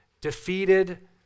defeated